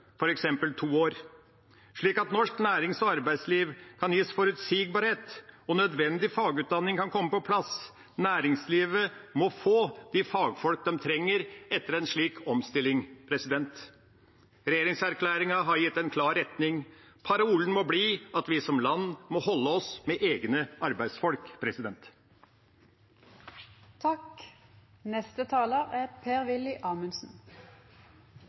to år, slik at norsk nærings- og arbeidsliv kan gis forutsigbarhet og nødvendig fagutdanning kan komme på plass. Næringslivet må få de fagfolk det trenger etter en slik omstilling. Regjeringserklæringa har gitt en klar retning. Parolen må bli at vi som land må holde oss med egne arbeidsfolk. Når man leser regjeringens erklæring, er